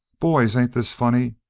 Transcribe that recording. boys, ain't this funny?